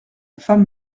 femme